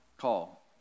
call